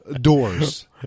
Doors